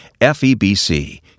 FEBC